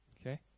okay